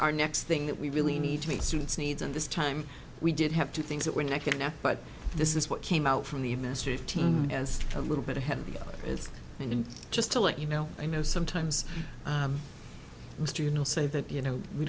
our next thing that we really need to meet students needs and this time we did have two things that were neck and neck but this is what came out from the ministry as a little bit ahead of you and just to let you know i know sometimes mr you know say that you know we